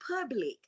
public